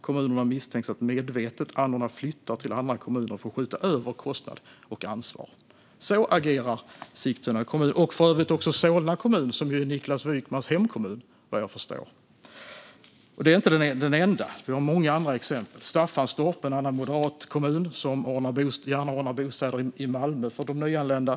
Kommunerna misstänks att medvetet anordna flyttar till andra kommuner för att skjuta över kostnad och ansvar." Så agerar Sigtuna kommun och för övrigt också Solna kommun, som, vad jag förstår, är Niklas Wykmans hemkommun. Detta är inte de enda. Det finns många andra exempel. Vi har Staffanstorp, en annan moderat kommun som gärna ordnar bostad i Malmö till de nyanlända.